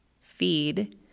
feed